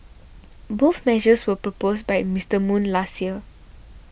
both measures were proposed by Mister Moon last year